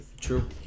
True